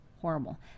horrible